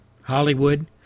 Hollywood